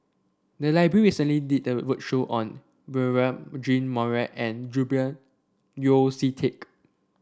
the library recently did a roadshow on Beurel Jean Marie and Julian Yeo See Teck